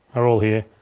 are all here,